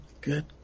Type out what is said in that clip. Good